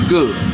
Good